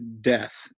death